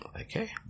okay